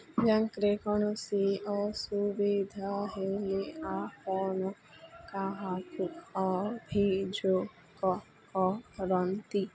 ବ୍ୟାଙ୍କ୍ରେ କୌଣସି ଅସୁବିଧା ହେଲେ ଆପଣ କାହାକୁ ଅଭିଯୋଗ କରନ୍ତି